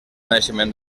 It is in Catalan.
naixement